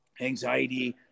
anxiety